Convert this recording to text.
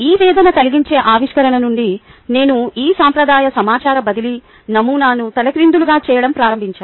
ఈ వేదన కలిగించే ఆవిష్కరణ నుండి నేను ఈ సాంప్రదాయ సమాచార బదిలీ నమూనాను తలక్రిందులుగా చేయడం ప్రారంభించాను